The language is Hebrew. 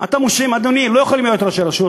הם לא יכולים להיות ראשי רשויות.